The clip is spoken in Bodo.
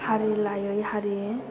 हारि लायै हारि